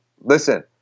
listen—